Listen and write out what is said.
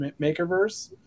Makerverse